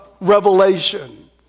revelation